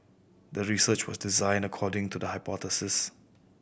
the research was designed according to the hypothesis